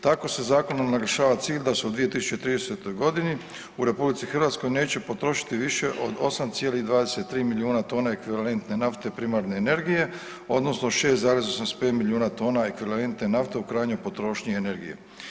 Tako se zakonom narušava cilj da se u 2030. godini u RH neće potrošiti više od 8,23 milijuna tona ekvivalentne nafte primarne energije, odnosno 6,85 milijuna tona ekvivalentne nafte u krajnjoj potrošnji energije.